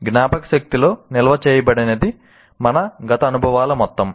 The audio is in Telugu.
జ్ఞాపకశక్తిలో నిల్వ చేయబడినది మన గత అనుభవాల మొత్తం